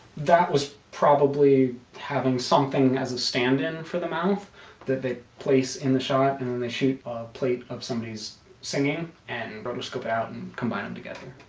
that was probably having something as a stand-in for the mouth that they place in the shot and then they shape a plate of somebody's singing and rotoscope it out and combine them together